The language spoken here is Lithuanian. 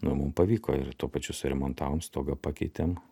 nu mum pavyko ir tuo pačiu suremontavom stogą pakeitėm